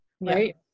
right